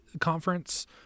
conference